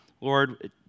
Lord